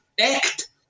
act